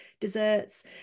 desserts